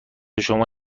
شما